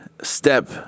step